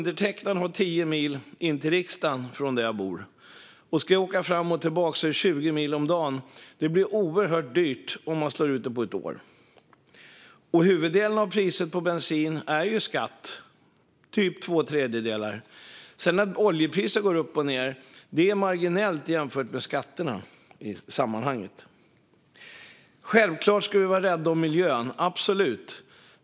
Det är 10 mil till riksdagen från där jag bor. Ska jag åka fram och tillbaka är det 20 mil om dagen. Det blir oerhört dyrt om man slår ut det på ett år. Huvuddelen av priset på bensin är skatt, typ två tredjedelar. Oljepriset går upp och ned, men det är marginellt jämfört med skatterna i sammanhanget. Självklart ska vi vara rädda om miljön - absolut.